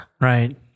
Right